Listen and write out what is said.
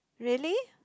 really